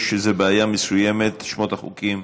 יש איזו בעיה מסוימת עם שמות החוקים.